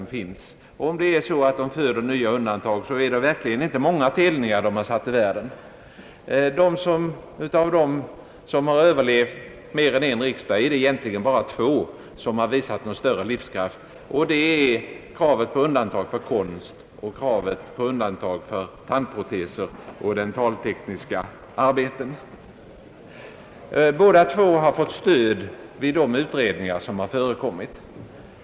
Om det är så att undantag föder undantag är det verkligen inte många telningar de satt till världen. Av dem som har överlevt mer än en riksdag är det egentligen bara två som visat någon större livskraft, och det är kravet på undantag för konst och kravet på undantag för tandproteser och dentaltekniska arbeten. Båda två har fått stöd vid de utredningar som företagits.